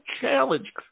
challenge